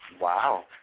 Wow